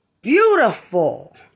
Beautiful